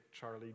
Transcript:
Charlie